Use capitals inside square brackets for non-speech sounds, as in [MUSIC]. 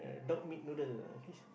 dog meat noodle [NOISE]